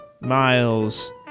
miles